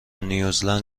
نیوزلند